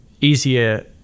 easier